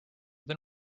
than